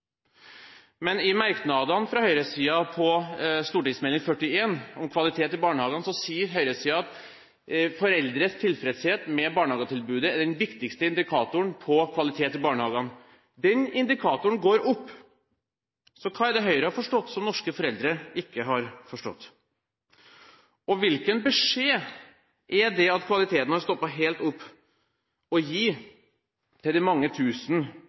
Men i merknadene i innstillingen til St.meld. nr. 41 for 2008–2009 om kvalitet i barnehagen sier høyresiden at foreldres tilfredshet med barnehagetilbudet er den viktigste indikatoren på kvalitet i barnehagene. Den indikatoren går opp, så hva er det Høyre har forstått, som norske foreldre ikke har forstått? Hvilken beskjed er det at kvaliteten har stoppet helt opp, å gi til de mange